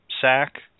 sack